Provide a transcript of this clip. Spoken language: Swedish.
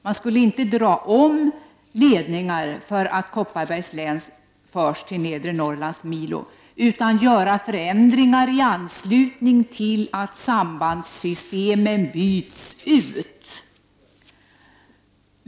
Man skulle inte dra om ledningar för att Kopperbergs län förs till Nedre Norrlands milo utan göra förändringar i anslutning till att sambandssystemen ändå byts ut.